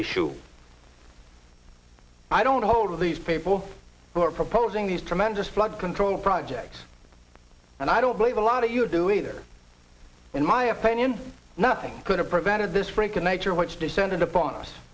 issue i don't hold with these people who are proposing these tremendous flood control project and i don't believe a lot of you do either in my opinion nothing could have prevented this freak of nature which descended upon us